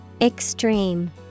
Extreme